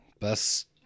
best